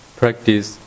practice